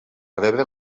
rebre